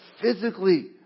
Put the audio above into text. physically